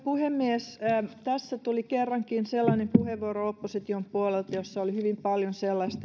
puhemies tässä tuli kerrankin sellainen puheenvuoro opposition puolelta jossa oli hyvin paljon sellaista